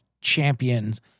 champions